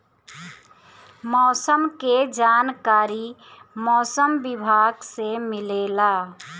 मौसम के जानकारी मौसम विभाग से मिलेला?